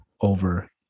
over